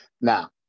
Now